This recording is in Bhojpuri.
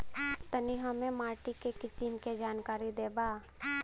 तनि हमें माटी के किसीम के जानकारी देबा?